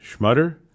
Schmutter